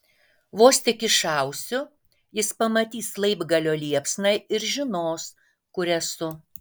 vos tik iššausiu jis pamatys laibgalio liepsną ir žinos kur esu